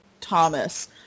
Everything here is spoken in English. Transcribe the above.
Thomas